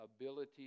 ability